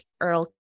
Earl